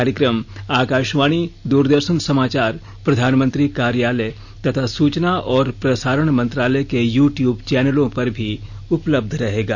कार्यक्रम आकाशवाणी द्रदर्शन समाचार प्रधानमंत्री कार्यालय तथा सुचना और प्रसारण मंत्रालय के यू ट्यूब चैनलों पर भी उपलब्ध रहेगा